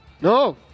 no